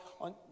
on